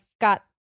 got